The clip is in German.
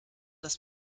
das